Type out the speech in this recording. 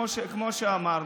כמו שאמרנו,